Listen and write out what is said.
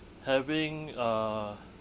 having a